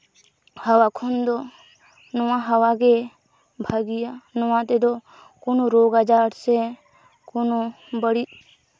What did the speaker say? ᱦᱟᱣᱟ ᱠᱷᱚᱱ ᱫᱚ ᱱᱚᱣᱟ ᱦᱟᱣᱟ ᱜᱮ ᱵᱷᱟᱹᱜᱤᱭᱟ ᱱᱚᱣᱟ ᱛᱮᱫᱚ ᱠᱳᱱᱳ ᱨᱳᱜᱽ ᱟᱡᱟᱨ ᱥᱮ ᱠᱳᱱᱳ ᱵᱟᱹᱲᱤᱡ